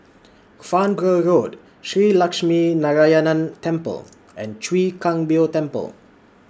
Farnborough Road Shree Lakshminarayanan Temple and Chwee Kang Beo Temple